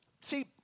see